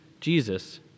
Jesus